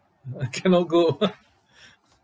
I cannot go